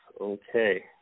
Okay